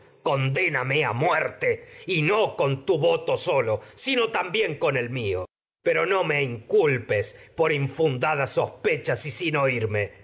condéname con muerte y no con sólo sino también el y mío pero no me in culpes es por infundadas sospechas sin oírme